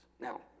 Now